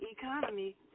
economy